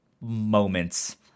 moments